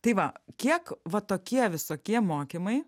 tai va kiek va tokie visokie mokymai